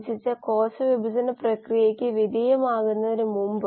ഇപ്പോൾ കോശത്തിനുള്ളിൽ ജാലകങ്ങൾ വാതിലുകൾ മുതലായവയിലൂടെ നോക്കാം